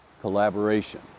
collaboration